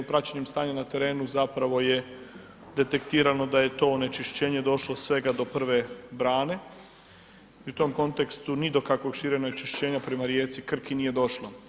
Praćenjem stanja na terenu zapravo je detektirano da je to onečišćenje došlo svega do prve brane, u tom kontekstu ni do kakvog širenja onečišćenja prema rijeci Krki nije došlo.